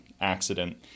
accident